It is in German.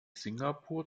singapur